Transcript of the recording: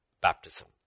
Baptism